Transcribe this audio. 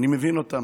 אני מבין אותם.